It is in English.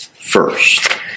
first